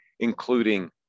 including